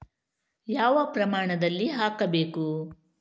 ಯಾವ ಪ್ರಮಾಣದಲ್ಲಿ ಹಾಕಬೇಕು?